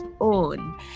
own